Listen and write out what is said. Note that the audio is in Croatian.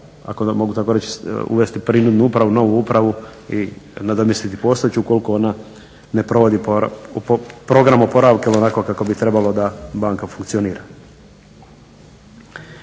ako mogu tako reći uvesti novu upravu i nadomjestiti postojeću ukoliko ona ne provodi program oporavka ili onako bi trebalo da banka funkcionira.